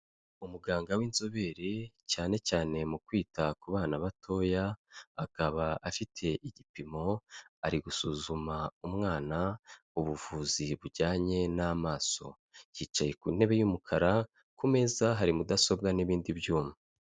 Umuganga w'inzobere cyane cyane mu kwita ku bana batoya, akaba afite igipimo ari gusuzuma umwana ubuvuzi bujyanye n'amaso, yicaye ku ntebe y'umukara ku meza hari mudasobwa n'ibindi byuma.